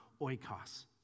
oikos